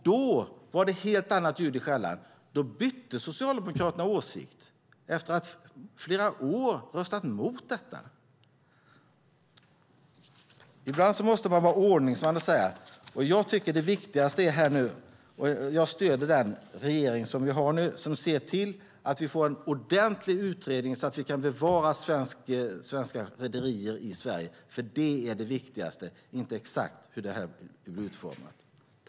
Då var det helt annat ljud i skällan; då bytte Socialdemokraterna åsikt efter att i flera år ha röstat emot detta. Ibland måste man vara ordningsman. Jag stöder den regering som vi har nu och som kan se till att vi får en ordentlig utredning så att vi kan bevara svenska rederier i Sverige. Jag tycker att det är det viktigaste - inte exakt hur det blir utformat.